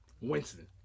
Winston